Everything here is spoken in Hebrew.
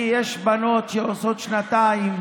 יש בנות שעושות שנתיים,